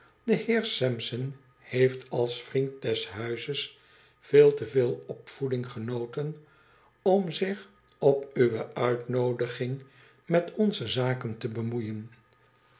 tde heer sampson heeft als vriend des huizes veel te veel opvoeding genoten om zich op uwe uitnoodiging met onze zaken te bemoeien